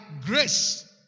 grace